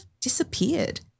disappeared